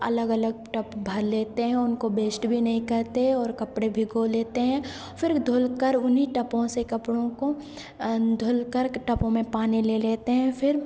अलग अलग टब भर लेते हैं उनको वेस्ट भी नहीं करते और कपड़े भिगो लेते हैं फिर धुलकर उन्हीं टबों से कपड़ों को धुलकर टबों में पानी ले लेते हैं फिर